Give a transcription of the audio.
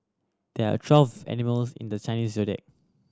there are twelve animals in the Chinese Zodiac